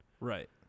Right